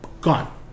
Gone